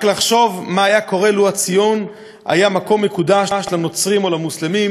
רק לחשוב מה היה קורה לו הציון היה מקום מקודש לנוצרים או למוסלמים.